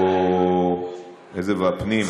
או פנים?